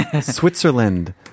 Switzerland